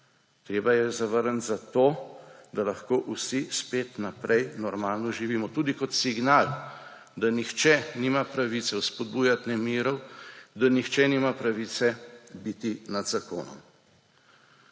Treba jo je zavrniti zato, da lahko vsi spet normalno živimo, tudi kot signal, da nihče nima pravice spodbujati nemirov, da nihče nima pravice biti nad zakonom.